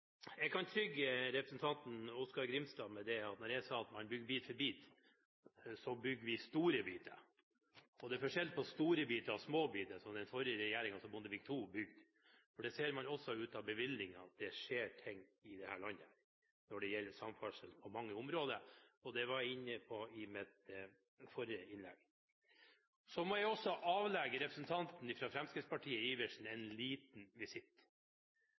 Jeg kan forsikre representanten Oskar Grimstad at når vi, som jeg sa, bygger bit for bit, så bygger vi store biter. Det er forskjell på store biter og små biter, som den forrige regjeringen, Bondevik II, bygde. Man ser også av bevilgningene at det skjer ting i dette landet på mange områder når det gjelder samferdsel, og det var jeg inne på i mitt forrige innlegg. Så må jeg også avlegge representanten Iversen fra Fremskrittspartiet en liten visitt.